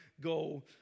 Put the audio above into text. go